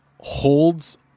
holds